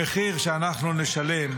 המחיר שאנחנו נשלם